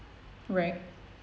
right